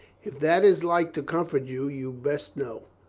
if that is like to comfort you, you best know.